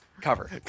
Cover